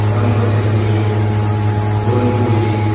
sambar chutney puran poli